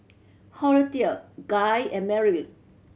Horatio Guy and Meryl